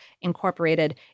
Incorporated